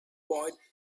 boy